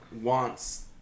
wants